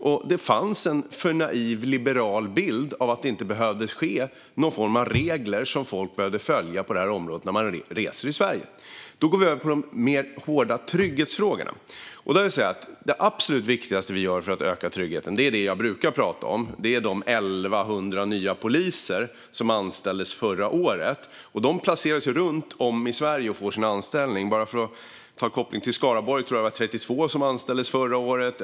Det har funnits en för naiv, liberal bild av att det inte behövs några regler som folk behöver följa på det här området när man reser i Sverige. Då går vi över till de mer hårda trygghetsfrågorna. Det absolut viktigaste vi gör för att öka tryggheten är det som jag brukar prata om, nämligen de 1 100 nya poliser som anställdes förra året. De placeras och får sin anställning runt om i Sverige. Bara för att göra en koppling till Skaraborg tror jag att det var 32 som anställdes där förra året.